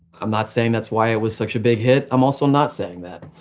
i'm not saying that's why it was such a big hit, i'm also not saying that.